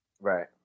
Right